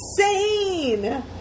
insane